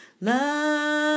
love